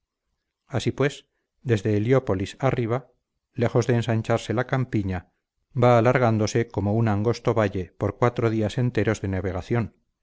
así pues desde heliópolis arriba lejos de ensancharse la campiña va alargándose como un angosto valle por cuatro días enteros de